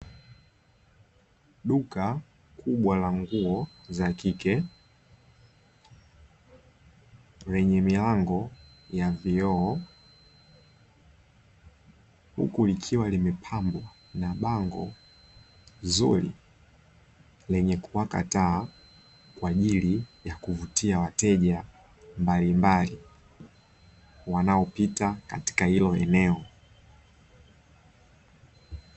Duka kubwa la nguo za kike likiwa limepangwa na bango nzuri yenye kuwaka taa, kwa ajili ya kuvutia wateja mbalimbali wanaopita katika hilo eneo.